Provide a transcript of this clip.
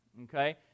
okay